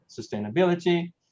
sustainability